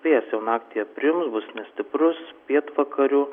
vėjas jau naktį aprims bus nestiprus pietvakarių